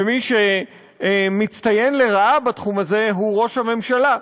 ומי שמצטיין לרעה בתחום הזה הוא ראש הממשלה,